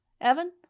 Evan